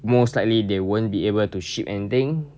most likely they won't be able to ship anything